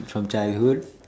from childhood